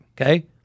Okay